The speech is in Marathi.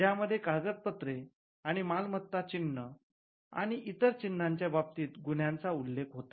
ज्यामध्ये कागदपत्रे आणि मालमत्ता चिन्ह आणि इतर चिन्हाच्या बाबतीतल्या गुन्ह्याचा उल्लेख होता